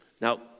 Now